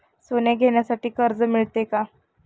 सोने घेण्यासाठी कर्ज मिळते का?